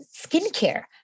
skincare